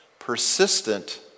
persistent